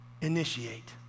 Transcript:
Initiate